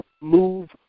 move